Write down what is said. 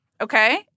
Okay